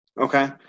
okay